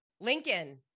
Lincoln